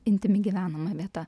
intymi gyvenama vieta